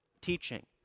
teaching